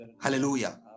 Hallelujah